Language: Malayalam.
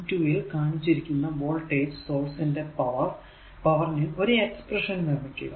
12 ൽ കാണിച്ചിരിക്കുന്ന വോൾടേജ് സോഴ്സ് ന്റെ പവർ നു ഒരു എക്സ്പ്രെഷൻ നിർമിക്കുക